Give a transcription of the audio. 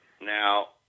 Now